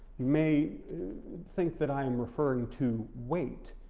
you may think that i'm referring to weight,